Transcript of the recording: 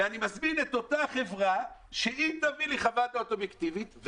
ואני מזמין את אותה חברה שתביא לי חוות דעת אובייקטיבית.